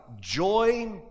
joy